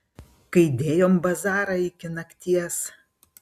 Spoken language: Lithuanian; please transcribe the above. kai dėjom bazarą iki nakties